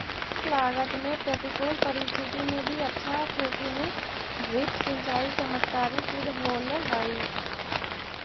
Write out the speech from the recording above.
कम लागत में प्रतिकूल परिस्थिति में भी अच्छा खेती में ड्रिप सिंचाई चमत्कारी सिद्ध होल हइ